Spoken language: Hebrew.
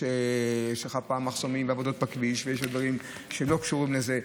יש מחסומים ועבודות בכביש ויש דברים שלא קשורים לזה,